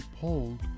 pulled